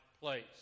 place